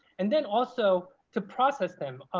and then also to process them.